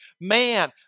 man